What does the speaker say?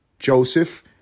Joseph